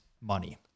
money